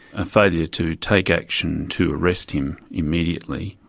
a failure to take action to arrest him immediately,